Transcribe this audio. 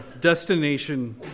destination